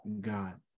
God